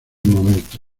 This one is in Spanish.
momento